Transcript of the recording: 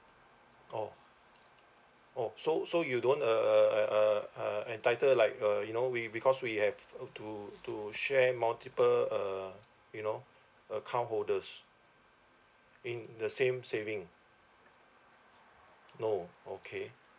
oh so so you do uh entitled like uh you know we because we have uh to to share multiple uh you know account holders in the same saving no okay